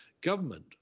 government